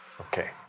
okay